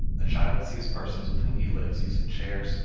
a child sees persons with whom he lives using chairs,